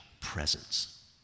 presence